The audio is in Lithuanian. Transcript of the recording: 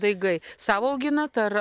daigai savo auginat ar